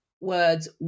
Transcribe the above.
words